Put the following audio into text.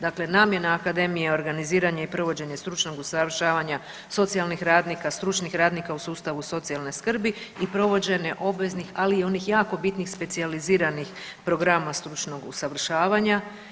Dakle, namjena akademija je organiziranje i provođenje stručnog usavršavanja socijalnih radnika, stručnih radnika u sustavu socijalne skrbi i provođenje obveznih, ali i onih jako bitnih specijaliziranih programa stručnog usavršavanja.